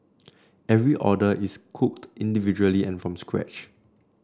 every order is cooked individually and from scratch